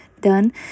done